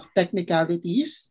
technicalities